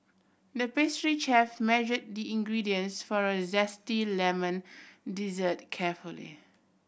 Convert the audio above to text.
the pastry chef measured the ingredients for a zesty lemon dessert carefully